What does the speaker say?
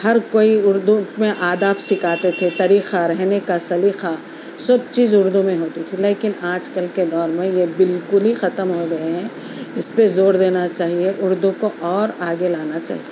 ہر کوئی اُردو میں آداب سکھاتے تھے طریقہ رہنے کا سلیقہ سب چیز اُردو میں ہوتی تھی لیکن آج کل کے دور میں یہ بالکل ہی ختم ہو گئے ہیں اِس پہ زور دینا چاہیے اُردو کو اور آگے لانا چاہیے